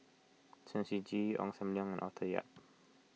Chen Shiji Ong Sam Leong Arthur Yap